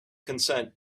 consent